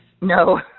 No